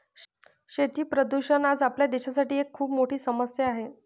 शेती प्रदूषण आज आपल्या देशासाठी एक खूप मोठी समस्या आहे